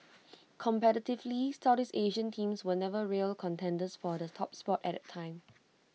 competitively Southeast Asian teams were never real contenders for the top spot at that time